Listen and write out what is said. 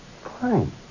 Fine